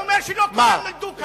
אני אומר שלא כולם נולדו כאן,